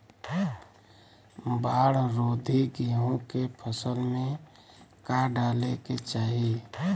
बाढ़ रोधी गेहूँ के फसल में का डाले के चाही?